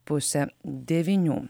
pusę devynių